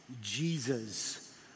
Jesus